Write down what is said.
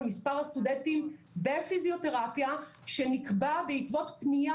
על מספר הסטודנטים בפיזיותרפיה שנקבע בעקבות פנייה